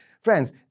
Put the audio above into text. friends